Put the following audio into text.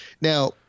Now